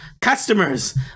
customers